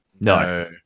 No